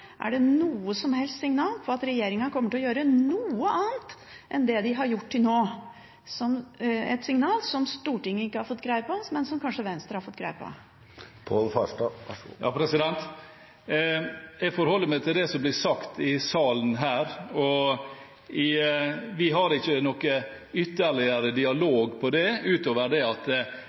Er det noe som helst signal om at regjeringen kommer til å gjøre noe annet enn det de har gjort til nå, et signal som Stortinget ikke har fått greie på, men som kanskje Venstre har fått greie på? Jeg forholder meg til det som blir sagt i salen. Vi har ikke noen ytterligere dialog om dette utover at vi har forventninger om at